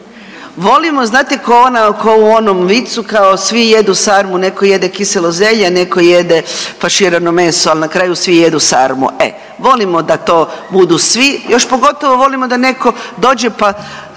Volimo, znate ko ona, ko u onom vicu kao svi jedu sarmu, neko jede kiselo zelje, a neko jede faširano meso, al na kraju svi jedu sarmu, e volimo da to budu svi, još pogotovo volimo da neko dođe, pa